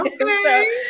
Okay